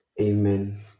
amen